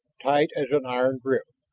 tight as an iron grip,